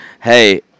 Hey